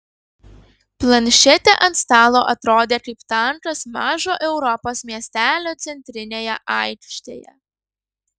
planšetė ant stalo atrodė kaip tankas mažo europos miestelio centrinėje aikštėje